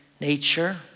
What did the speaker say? nature